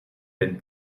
been